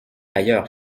ailleurs